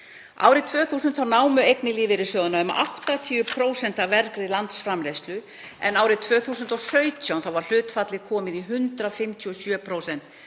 Árið 2000 námu eignir lífeyrissjóðanna um 80% af vergri landsframleiðslu en árið 2017 var hlutfallið komið í 157%